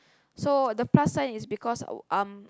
so the plus sign is because um